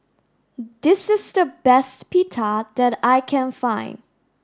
this is the best Pita that I can find